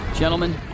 Gentlemen